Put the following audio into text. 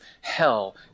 hell